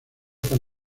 pan